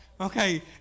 okay